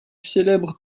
célèbre